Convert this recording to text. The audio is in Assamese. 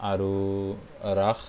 আৰু ৰাস